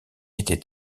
était